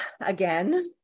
again